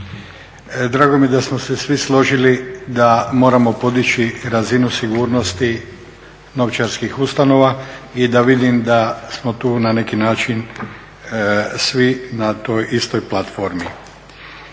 drago mi je da smo se svi složili da moramo podići razinu sigurnosti novčarskih ustanova i da vidim da smo tu na neki način svi na toj istoj platformi.